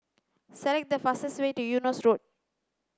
select the fastest way to Eunos Road